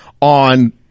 on